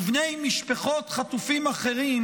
ובני משפחות חטופים אחרים,